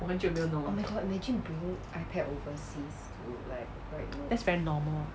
我很久没有弄了 that's very normal